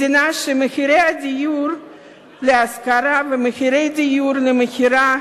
מדינה שמחירי הדיור להשכרה ומחירי הדיור למכירה